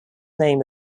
name